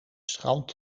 strand